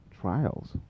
trials